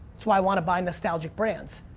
that's why i want to buy nostalgic brands.